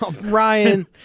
Ryan